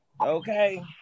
Okay